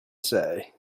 say